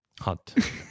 Hot